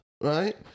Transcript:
right